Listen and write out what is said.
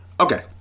Okay